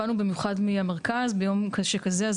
באנו במיוחד מהמרכז ביום קשה כזה אז